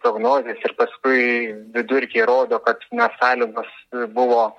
prognozės ir paskui vidurkiai rodo kad na sąlygos buvo